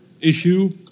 issue